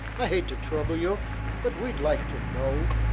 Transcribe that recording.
i hate to trouble you but we'd like to know.